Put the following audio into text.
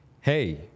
hey